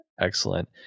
Excellent